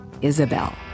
Isabel